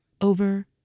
over